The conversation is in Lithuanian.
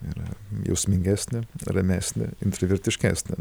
ir jausmingesnė ramesnė intravertiškesnė